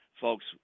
Folks